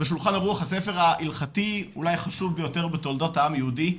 הספר ההלכתי אולי החשוב ביותר בתולדות העם היהודי.